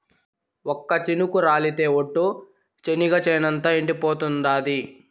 ఒక్క చినుకు రాలితె ఒట్టు, చెనిగ చేనంతా ఎండిపోతాండాది